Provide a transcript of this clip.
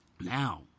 Now